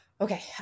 Okay